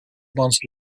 months